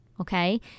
okay